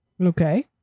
Okay